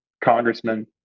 congressman